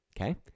Okay